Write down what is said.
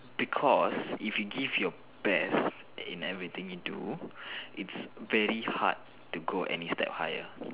because if you give your best in everything you do it's very hard to go any step higher